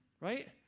Right